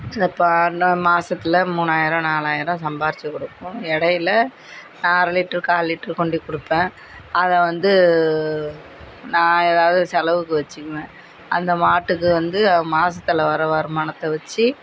அந்த மாதத்துல மூணாயிரம் நாலாயிரம் சம்பாதிச்சி கொடுக்கும் இடையில அரை லிட்ரு கால் லிட்ரு கொண்டு கொடுப்பேன் அதை வந்து நான் ஏதாவுது செலவுக்கு வச்சுக்குவேன் அந்த மாட்டுக்கு வந்து மாதத்துல வர வருமானத்தை வச்சு